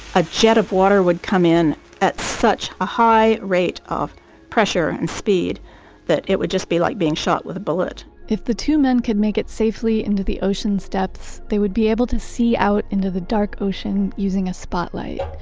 a jet of water would come in at such a high rate of pressure and speed that it would just be like being shot with a bullet if the two men could make it safely into the ocean steps, they would be able to see out into the dark ocean using a spotlight.